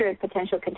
potential